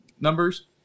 numbers